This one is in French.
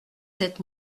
sept